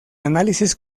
análisis